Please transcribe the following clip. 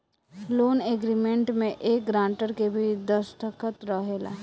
loan agreement में एक grantor के भी दस्तख़त रहेला